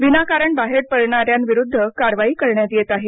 विनाकारण बाहेर पडणाऱ्यांविरूद्ध कारवाई करण्यात येत आहे